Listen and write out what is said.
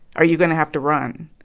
are you going to have to run?